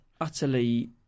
utterly